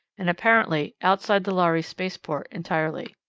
and apparently outside the lhari spaceport entirely.